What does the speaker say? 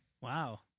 Wow